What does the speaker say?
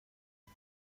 les